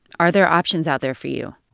are there options out there for you?